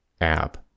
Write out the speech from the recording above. app